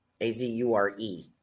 A-Z-U-R-E